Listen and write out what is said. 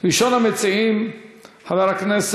הצעות לסדר-היום מס'